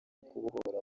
kubohora